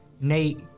Nate